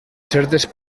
certes